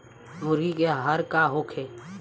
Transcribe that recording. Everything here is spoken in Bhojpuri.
मुर्गी के आहार का होखे?